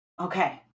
Okay